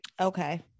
Okay